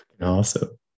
awesome